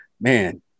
Man